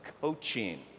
coaching